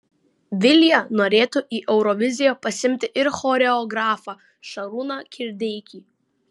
vilija norėtų į euroviziją pasiimti ir choreografą šarūną kirdeikį